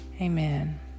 Amen